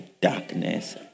darkness